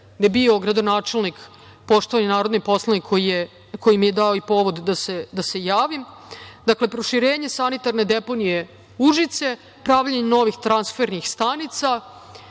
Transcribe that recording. je bio gradonačelnik poštovani narodni poslanik koji mi je i dao povod da se javim. Dakle, proširenje sanitarne deponije Užice, pravljenje novih transfernih stanica